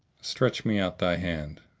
stretch me out thy hand.